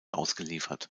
ausgeliefert